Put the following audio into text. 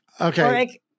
Okay